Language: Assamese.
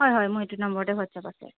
হয় হয় মোৰ এইটো নম্বৰতে হোৱাটছএপ আছে